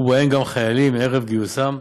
ובהם גם חיילים ערב גיוסם.